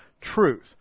truth